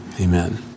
Amen